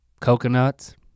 coconuts